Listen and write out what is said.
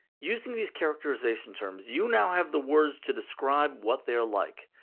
using these characterization terms, you now have the words to describe what they are like.